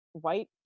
white